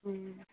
हूँ